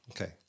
Okay